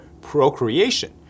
procreation